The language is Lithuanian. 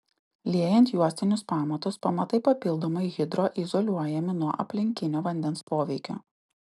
liejant juostinius pamatus pamatai papildomai hidroizoliuojami nuo aplinkinio vandens poveikio